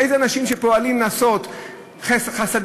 איזה אנשים פועלים לעשות חסדים